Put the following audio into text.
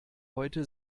heute